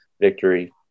victory